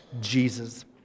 Jesus